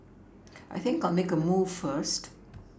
I think I'll make a move first